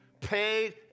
Paid